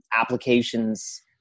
applications